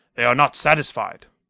they are not satisfied.